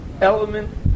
element